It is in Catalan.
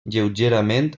lleugerament